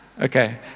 Okay